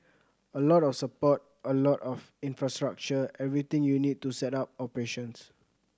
a lot of support a lot of infrastructure everything you need to set up operations